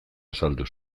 azaldu